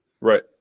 Right